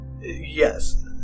Yes